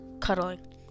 cuddling